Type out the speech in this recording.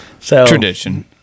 Tradition